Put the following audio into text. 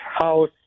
house